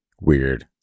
Weird